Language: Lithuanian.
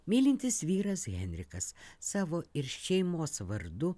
mylintis vyras henrikas savo ir šeimos vardu